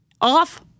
off